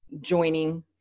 joining